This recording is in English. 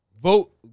Vote